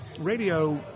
radio